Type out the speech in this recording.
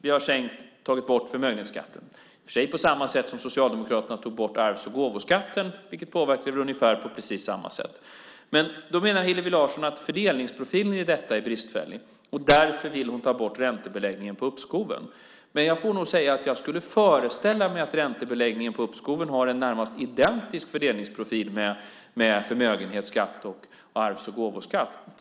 Vi har tagit bort förmögenhetsskatten - i och för sig på samma sätt som Socialdemokraterna tog bort arvs och gåvoskatten, vilket påverkade på ungefär samma sätt. Men då menar Hillevi Larsson att fördelningsprofilen i detta är bristfällig, och därför vill hon ta bort räntebeläggningen på uppskoven. Men jag får nog säga att jag skulle föreställa mig att räntebeläggningen på uppskoven har en närmast identisk fördelningsprofil med förmögenhetsskatt och arvs och gåvoskatt.